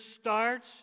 starts